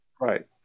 right